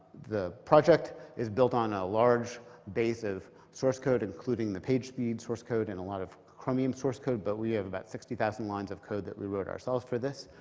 the project is built on a large base of source code, including the pagespeed source code and a lot of chromium source code, but we have about sixty thousand lines of code that we wrote ourselves for this.